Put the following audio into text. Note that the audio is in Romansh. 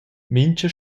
mintga